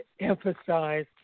emphasize